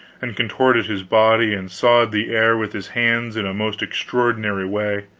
and contorted his body and sawed the air with his hands in a most extraordinary way.